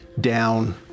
down